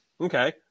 Okay